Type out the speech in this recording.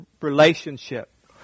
relationship